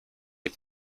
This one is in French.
les